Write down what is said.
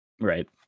Right